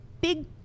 big